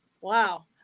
Wow